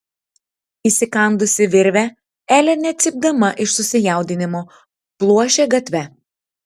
įsikandusi virvę elė net cypdama iš susijaudinimo pluošė gatve